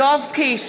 יואב קיש,